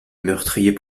meurtriers